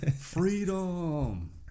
Freedom